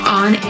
on